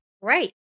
Right